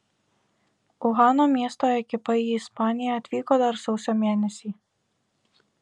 uhano miesto ekipa į ispaniją atvyko dar sausio mėnesį